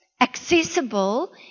accessible